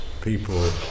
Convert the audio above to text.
people